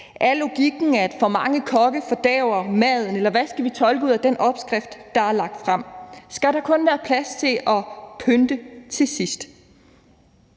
Er logikken, at for mange kokke fordærver maden, eller hvad skal vi tolke ud af den opskrift, der er lagt frem? Skal der kun være plads til at pynte til sidst?